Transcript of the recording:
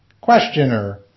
Questioner